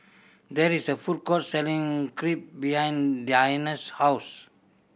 there is a food court selling Crepe behind Diana's house